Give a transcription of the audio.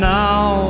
now